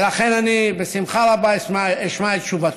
ולכן אני בשמחה רבה אשמע את תשובתו.